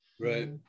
Right